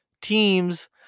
teams